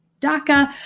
DACA